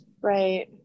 Right